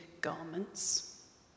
garments